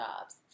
jobs